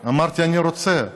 אמרתי: אני רוצה,